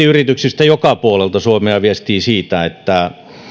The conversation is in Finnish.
yrityksistä joka puolelta suomea viestii siitä että